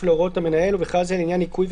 להוראות המנהל ובכלל זה לעניין ניקוז,